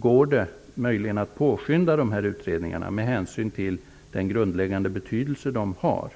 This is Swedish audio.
Går det möjligen att påskynda dessa utredningar med hänsyn till den grundläggande betydelse de har?